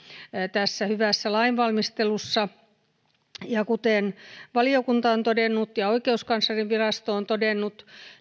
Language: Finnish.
tässä hyvässä lainvalmistelussa ja kuten valiokunta on todennut ja ja oikeuskanslerinvirasto on todennut